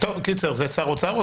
זה שר אוצר?